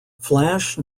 flash